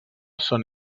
són